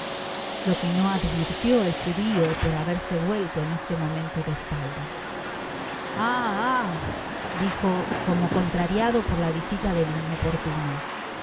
lo que no advirtió el judio por haberse vuelto en este momento de espaldas ah ah dijo como contrariado por la visita del importuno